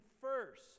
first